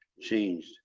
changed